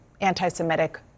anti-Semitic